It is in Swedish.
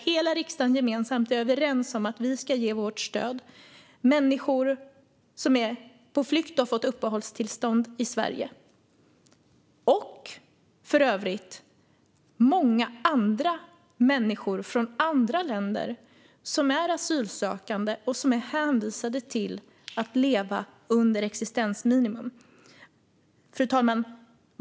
Hela riksdagen gemensamt är överens om att vi ska ge vårt stöd. Det gäller människor som är på flykt och som har fått uppehållstillstånd i Sverige och, för övrigt, många andra människor från andra länder som är asylsökande och som är hänvisade till att leva under existensminimum. Fru talman!